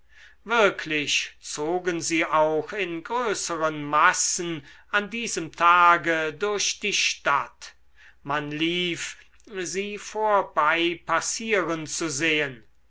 wirklich zogen sie auch in größeren massen an diesem tage durch die stadt man lief sie vorbeipassieren zu sehen